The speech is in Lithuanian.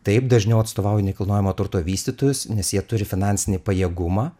taip dažniau atstovauju nekilnojamojo turto vystytojus nes jie turi finansinį pajėgumą